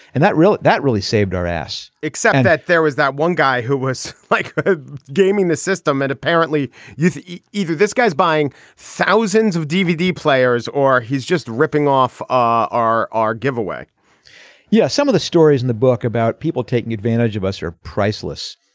and that real that really saved our ass except that there was that one guy who was like gaming the system and apparently either this guy's buying thousands of dvd players or he's just ripping off are our giveaway yeah. some of the stories in the book about people taking advantage of us are priceless.